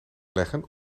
leggen